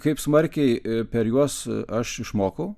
kaip smarkiai per juos aš išmokau